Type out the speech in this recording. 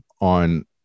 on